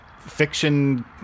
fiction